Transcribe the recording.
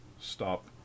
stop